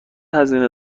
هزینه